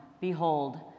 behold